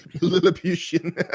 Lilliputian